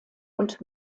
und